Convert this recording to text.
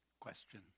question